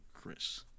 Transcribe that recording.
Chris